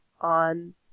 on